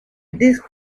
disc